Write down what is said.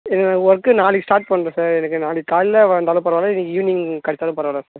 work நாளைக்கு start பண்ணும் sir எனக்கு நாளைக்கு காலைல வந்தாலும் பரவாயில்ல இன்றைக்கி ஈவ்னிங் கிடச்சாலும் பரவாயில்ல சார்